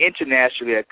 internationally